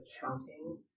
counting